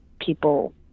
people